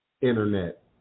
Internet